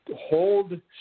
hold